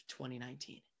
2019